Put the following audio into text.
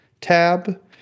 tab